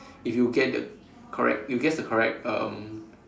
if you get the correct you guess the correct um